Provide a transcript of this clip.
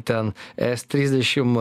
ten es trisdešim